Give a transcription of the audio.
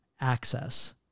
access